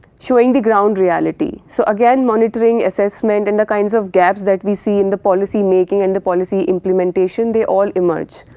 showing the ground reality. so, again monitoring assessment and the kinds of gaps that we see in the policy making and the policy implementation they all emerge,